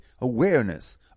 awareness